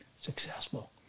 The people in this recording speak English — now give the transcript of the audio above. successful